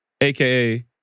aka